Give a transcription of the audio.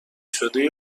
شده